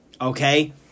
Okay